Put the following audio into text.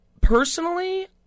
Personally